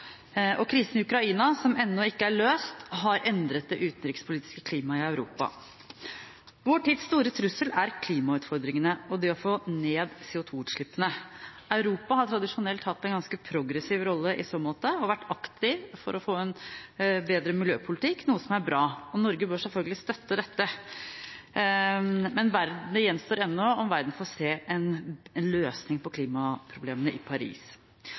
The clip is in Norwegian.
folkeretten. Krisen i Ukraina, som ennå ikke er løst, har endret det utenrikspolitiske klimaet i Europa. Vår tids store trussel er klimautfordringene og det å få ned CO2-utslippene. Europa har tradisjonelt hatt en ganske progressiv rolle i så måte og har vært aktiv for å få en bedre miljøpolitikk, noe som er bra. Norge bør selvfølgelig støtte dette, men det gjenstår ennå om verden får se en løsning på klimaproblemene i Paris.